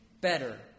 better